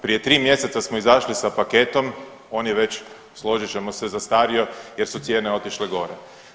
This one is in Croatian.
Prije tri mjeseca smo izašli sa paketom, on je već složit ćemo se zastario jer su cijene otišle gore.